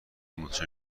منتشر